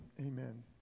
Amen